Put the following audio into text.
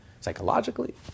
psychologically